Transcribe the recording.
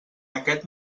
aquest